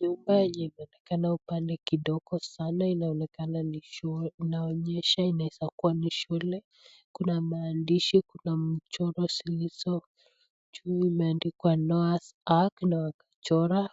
Nyumba yenye inaonekana upande kidogo sana inaonekana inaonyesha inaweza kuwa ni shule, kuna maandishi, kuna mchoro zilizo juu imeandikwa Noah's ark na wakachora,